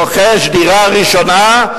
רוכש דירה ראשונה,